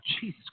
Jesus